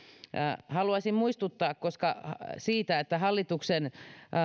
haluaisin muistuttaa siitä että hallituksen